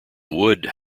would